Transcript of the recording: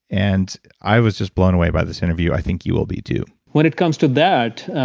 and i was just blown away by this interview. i think you will be too when it comes to that,